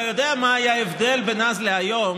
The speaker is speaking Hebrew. אתה יודע מה היה ההבדל בין אז להיום?